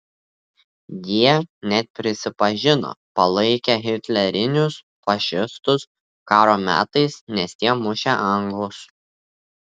jie net prisipažino palaikę hitlerinius fašistus karo metais nes tie mušę anglus